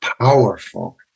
powerful